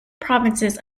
provinces